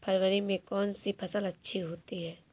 फरवरी में कौन सी फ़सल अच्छी होती है?